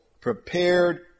prepared